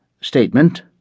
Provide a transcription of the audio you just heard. Statement